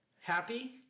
Happy